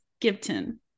Gibton